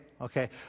okay